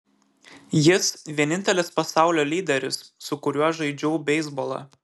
jis vienintelis pasaulio lyderis su kuriuo žaidžiau beisbolą